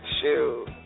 Shoot